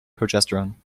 progesterone